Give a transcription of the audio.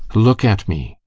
look at me!